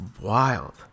wild